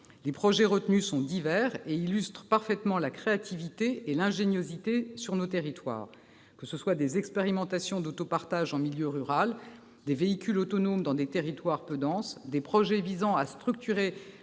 Les projets retenus sont divers et illustrent parfaitement la créativité et l'ingéniosité sur nos territoires. Que ce soient des expérimentations d'autopartage en milieu rural, des véhicules autonomes dans des territoires peu denses, des projets visant à structurer